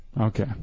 Okay